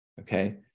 Okay